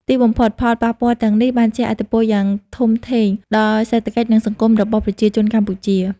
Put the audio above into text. ទីបំផុត ផលប៉ះពាល់ទាំងនេះបានជះឥទ្ធិពលយ៉ាងធំធេងដល់សេដ្ឋកិច្ច និងសង្គមរបស់ប្រជាជនកម្ពុជា។